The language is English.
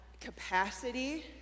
capacity